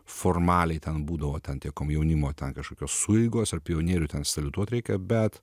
formaliai ten būdavo ten tie komjaunimo ten kažkokios sueigos ar pionierių saliutuot reikia bet